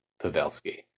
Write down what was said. Pavelski